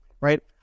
Right